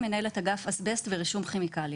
מנהלת אגף אסבסט ורישום כימיקלים.